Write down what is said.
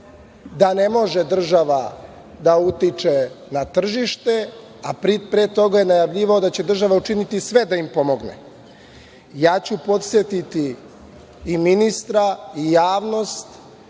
da ne može država da utiče na tržište, a pre toga je najavljivao da će učiniti sve da im pomogne. Podsetiću i ministra i javnost